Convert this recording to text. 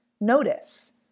Notice